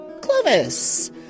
Clovis